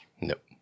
Nope